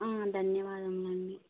ధన్యవాదములండి